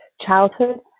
childhood